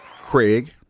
craig